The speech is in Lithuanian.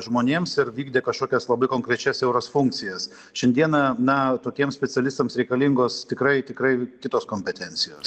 žmonėms ir vykdė kažkokias labai konkrečias siauras funkcijas šiandieną na tokiem specialistams reikalingos tikrai tikrai kitos kompetencijos